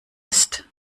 ist